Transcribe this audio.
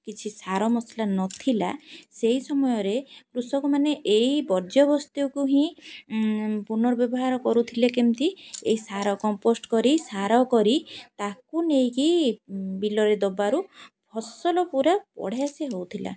କିଛି ସାର ମସଲା ନଥିଲା ସେଇ ସମୟରେ କୃଷକମାନେ ଏଇ ବର୍ଜ୍ୟବସ୍ତୁକୁ ହିଁ ପୁନର୍ବ୍ୟବହାର କରୁଥିଲେ କେମିତି ଏଇ ସାର କମ୍ପୋଷ୍ଟ କରି ସାର କରି ତାକୁ ନେଇକି ବିଲରେ ଦବାରୁ ଫସଲ ପୁରା ବଢ଼ିଆ ସେ ହଉଥିଲା ଆଉ